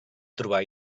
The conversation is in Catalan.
trobar